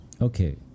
Okay